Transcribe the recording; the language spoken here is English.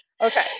Okay